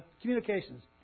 Communications